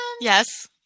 Yes